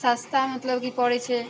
सस्ता मतलब कि पड़ैत छै